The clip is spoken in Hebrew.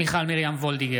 מיכל מרים וולדיגר,